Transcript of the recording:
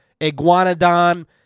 iguanodon